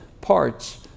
parts